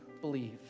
believe